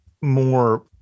more